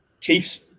chiefs